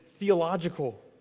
Theological